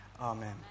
Amen